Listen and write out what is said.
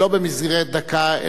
שלא במסגרת דקה,